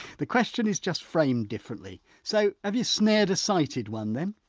the question is just framed differently so have you snared a sighted one then?